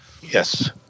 yes